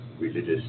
religious